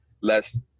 less